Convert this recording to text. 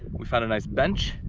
we found a nice bench.